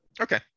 Okay